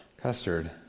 custard